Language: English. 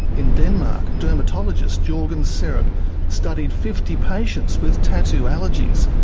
in denmark, dermatologist jorgen serup studied fifty patients with tattoo allergies,